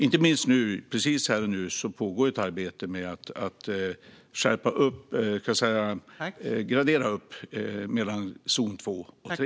Här och nu pågår dock ett arbete med att gradera upp mellan zon 2 och zon 3.